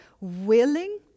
willing